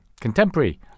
Contemporary